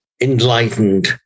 enlightened